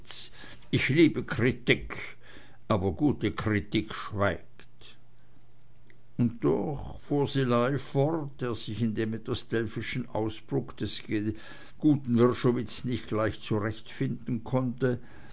ich liebe krittikk aber gutte krittikk schweigt und doch fuhr szilagy fort der sich in dem etwas delphischen ausspruch des guten wrschowitz nicht gleich zurechtfinden konnte